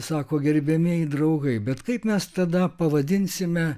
sako gerbiamieji draugai bet kaip mes tada pavadinsime